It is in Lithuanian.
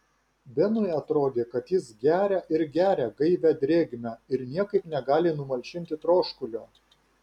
benui atrodė kad jis geria ir geria gaivią drėgmę ir niekaip negali numalšinti troškulio